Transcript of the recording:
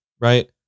right